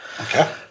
Okay